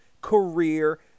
career